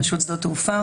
רשות שדות התעופה,